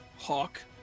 Hawk